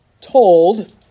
told